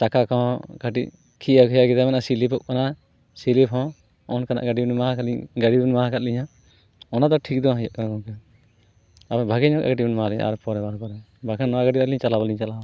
ᱪᱟᱠᱟ ᱠᱚᱦᱚᱸ ᱠᱟᱹᱴᱤᱡ ᱠᱷᱤᱭᱟᱹ ᱠᱷᱚᱭᱚ ᱜᱮᱛᱟᱵᱮᱱᱟ ᱥᱤᱞᱤᱯᱚᱜ ᱠᱟᱱᱟ ᱥᱤᱞᱤᱯᱦᱚᱸ ᱚᱱᱠᱟᱱᱟᱜ ᱜᱟᱹᱰᱤᱵᱮᱱ ᱮᱢᱟᱦᱟᱠᱟᱫ ᱞᱤᱧ ᱜᱟᱹᱰᱤᱵᱮᱱ ᱮᱢᱟᱦᱟᱫ ᱞᱤᱧᱟᱹ ᱚᱱᱟᱫᱚ ᱴᱷᱤᱠᱫᱚ ᱵᱟᱝ ᱦᱩᱭᱩᱜ ᱠᱟᱱᱟ ᱜᱚᱝᱠᱮ ᱟᱨᱚ ᱵᱷᱟᱜᱮᱧᱚᱜᱼᱟᱜ ᱜᱟᱹᱰᱤᱵᱮᱱ ᱮᱢᱟᱞᱤᱧᱟ ᱟᱨ ᱯᱚᱨᱮᱵᱟᱨ ᱠᱚᱨᱮ ᱵᱟᱠᱷᱟᱡ ᱱᱚᱣᱟ ᱜᱟᱹᱰᱤᱫᱚ ᱟᱹᱞᱤᱧ ᱪᱟᱞᱟᱣ ᱵᱟᱞᱤᱧ ᱪᱟᱞᱟᱣᱼᱟ